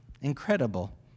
Incredible